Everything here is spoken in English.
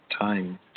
time